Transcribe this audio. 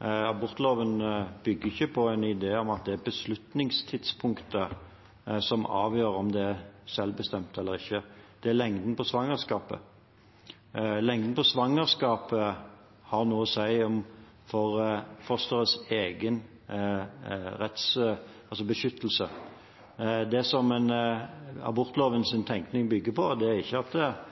Abortloven bygger ikke på en idé om at det er beslutningstidspunktet som avgjør om det er selvbestemt eller ikke, det er lengden på svangerskapet. Lengden på svangerskapet har noe å si for fosterets egen rett til beskyttelse. Det som abortlovens tenkning bygger på, er ikke at